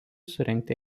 surengti